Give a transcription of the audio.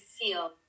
feel